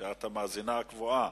שאת המאזינה הקבועה,